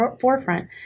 forefront